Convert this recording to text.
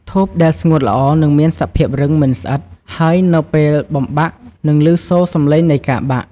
ធូបដែលស្ងួតល្អនឹងមានសភាពរឹង មិនស្អិត ហើយនៅពេលបំបាក់នឹងឮសូរសម្លេងនៃការបាក់។